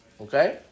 Okay